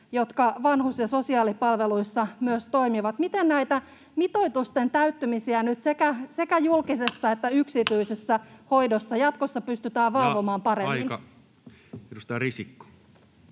jotka vanhus- ja sosiaalipalveluissa myös toimivat. Miten näitä mitoitusten täyttymisiä nyt sekä julkisessa että yksityisessä hoidossa jatkossa pystytään valvomaan paremmin? [Speech 181] Speaker: